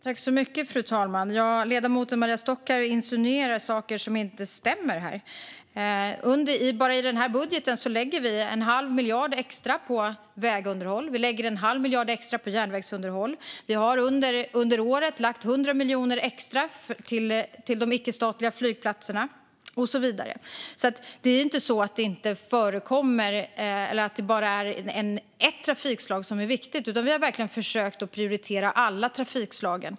Fru talman! Ledamoten Maria Stockhaus insinuerar saker som inte stämmer. Bara i den här budgeten lägger vi 1⁄2 miljard extra på vägunderhåll. Vi lägger 1⁄2 miljard extra på järnvägsunderhåll, vi har under året lagt 100 miljoner extra till de icke-statliga flygplatserna och så vidare. Det är alltså inte så att det är bara ett trafikslag som är viktigt, utan vi har verkligen försökt prioritera alla trafikslag.